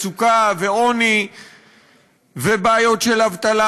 מצוקה ועוני ובעיות של אבטלה,